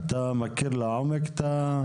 אתה מכיר לעומק את החוק?